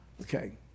Okay